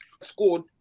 scored